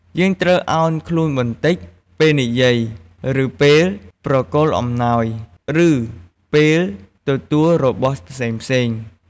យើងត្រូវឱនខ្លួនបន្តិច ពេលនិយាយ ឬពេលប្រគល់អំណោយ ឬពេលទទួលរបស់ផ្សេងៗ។